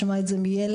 לשמוע את זה מילד.